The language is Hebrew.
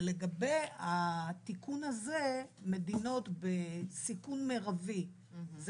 ולגבי התיקון הזה, מדינות בסיכון מרבי זה